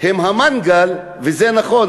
הוא המנגל, זה נכון.